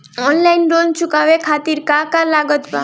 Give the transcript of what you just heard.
Online loan चुकावे खातिर का का लागत बा?